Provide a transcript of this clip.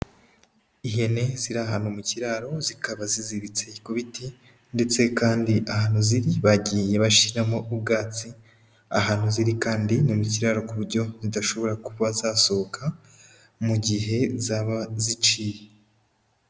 Ihene ziri ahantu mu kiraro zikaba ziziritse ku biti ndetse kandi ahantu ziri bagiye bashyiramo ubwatsi, ahantu ziri kandi ni mu kiraro ku buryo zidashobora kuba zasohoka mu gihe zaba ziciye.